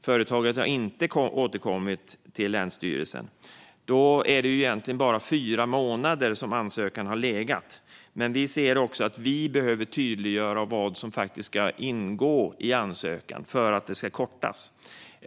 Företaget har inte återkommit till länsstyrelsen, och då är det alltså egentligen bara fyra månader som ansökan har legat hos länsstyrelsen. Vi behöver tydliggöra vad som faktiskt ska ingå i ansökan för att tiden ska kortas.